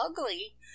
ugly